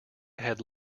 had